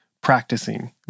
practicing